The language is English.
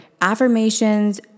affirmations